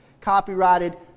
copyrighted